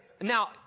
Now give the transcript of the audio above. now